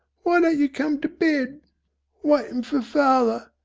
why don't you come to bed waitin' for father.